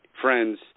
friends